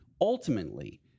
Ultimately